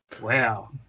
Wow